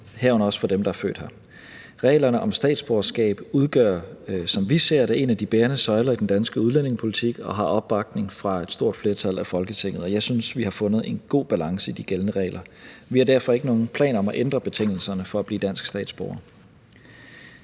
herunder også for dem, der er født her. Reglerne om statsborgerskab udgør, som vi ser det, en af de bærende søjler i den danske udlændingepolitik og har opbakning fra et stort flertal af Folketinget, og jeg synes, vi har fundet en god balance i de gældende regler. Vi har derfor ikke nogen plan om at ændre betingelserne for at blive dansk statsborger.